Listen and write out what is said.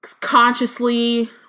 consciously